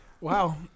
Wow